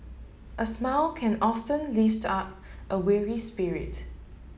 a smile can often lift up a weary spirit